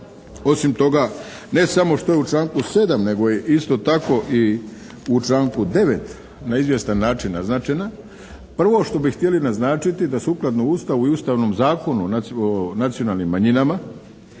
Osim toga ne samo što je u članku 7. nego je isto tako u članku 9. na izvjestan način naznačena. Prvo što bi htjeli naznačiti da sukladno Ustavu i Ustavnom zakonu o nacionalnim manjinama